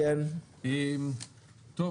טוב.